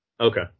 Okay